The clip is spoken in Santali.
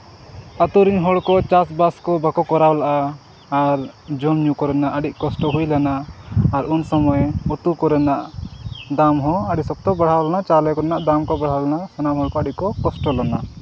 ᱟᱛᱳ ᱨᱮᱱ ᱦᱚᱲ ᱠᱚ ᱪᱟᱥᱵᱟᱥ ᱠᱚ ᱵᱟᱠᱚ ᱠᱚᱨᱟᱣ ᱞᱟᱜᱼᱟ ᱟᱨ ᱡᱚᱢᱼᱧᱩ ᱠᱚᱨᱮᱱᱟᱜ ᱟᱹᱰᱤ ᱠᱚᱥᱴᱚ ᱞᱮᱱᱟ ᱟᱨ ᱩᱱ ᱥᱚᱢᱚᱭ ᱩᱛᱩ ᱠᱚᱨᱮᱱᱟᱜ ᱫᱟᱢ ᱦᱚᱸ ᱟᱹᱰᱤ ᱥᱚᱠᱛᱚ ᱵᱟᱲᱦᱟᱣ ᱞᱮᱱᱟ ᱪᱟᱣᱞᱮ ᱠᱚᱨᱮᱱᱟᱜ ᱫᱟᱢ ᱠᱚ ᱵᱟᱲᱦᱟᱣ ᱞᱮᱱᱟ ᱥᱟᱱᱟᱢ ᱦᱚᱲ ᱠᱚ ᱟᱹᱰᱤ ᱠᱚ ᱠᱚᱥᱴᱚ ᱞᱮᱱᱟ